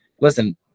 Listen